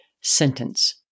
sentence